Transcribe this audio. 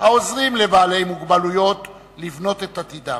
העוזרים לבעלי מוגבלות לבנות את עתידם.